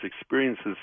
experiences